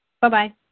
Bye-bye